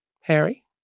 Harry